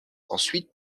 ensuite